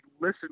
listen